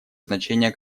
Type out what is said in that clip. значение